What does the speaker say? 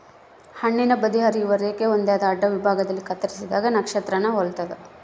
ಹಣ್ಣುನ ಬದಿ ಹರಿಯುವ ರೇಖೆ ಹೊಂದ್ಯಾದ ಅಡ್ಡವಿಭಾಗದಲ್ಲಿ ಕತ್ತರಿಸಿದಾಗ ನಕ್ಷತ್ರಾನ ಹೊಲ್ತದ